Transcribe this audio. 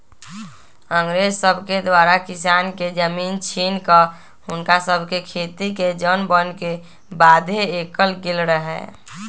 अंग्रेज सभके द्वारा किसान के जमीन छीन कऽ हुनका सभके खेतिके जन बने के बाध्य कएल गेल रहै